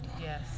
Yes